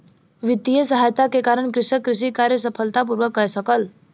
वित्तीय सहायता के कारण कृषक कृषि कार्य सफलता पूर्वक कय सकल